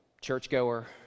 churchgoer